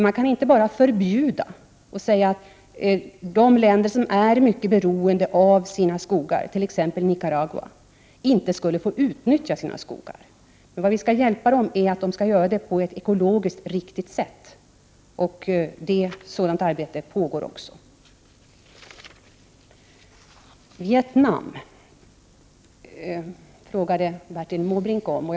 Man kan inte bara förbjuda och säga att de länder som är mycket beroende av sina skogar, t.ex. Nicaragua, inte skall få utnyttja dem. Vi skall emellertid hjälpa dem att göra det på ett ekologiskt riktigt sätt. Ett sådant arbete pågår också. Bertil Måbrink ställde frågor om Vietnam.